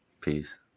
Peace